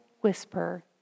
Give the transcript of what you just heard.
whisper